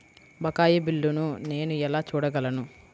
బకాయి బిల్లును నేను ఎలా చూడగలను?